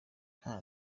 nta